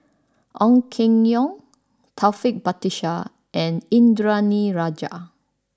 Ong Keng Yong Taufik Batisah and Indranee Rajah